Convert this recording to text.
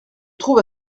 trouve